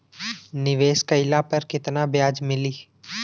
निवेश काइला पर कितना ब्याज मिली?